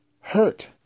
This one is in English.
hurt